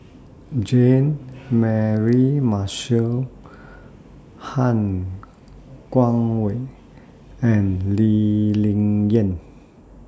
Jean Mary Marshall Han Guangwei and Lee Ling Yen